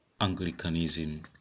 Anglicanism